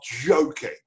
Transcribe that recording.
joking